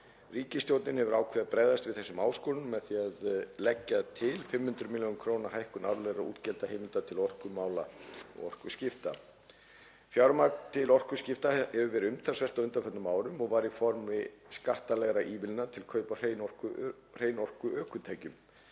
Ríkisstjórnin hefur ákveðið að bregðast við þessum áskorunum með því að leggja til 500 millj. kr. hækkun árlegra útgjaldaheimilda til orkumála og orkuskipta. Fjármagn til orkuskipta hefur verið umtalsvert á undanförnum árum og var í formi skattalegra ívilnana til kaupa á hreinorkuökutækjum.